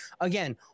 again